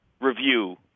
review